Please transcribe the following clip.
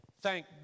thank